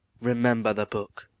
remember the book.